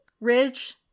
ridge